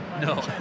No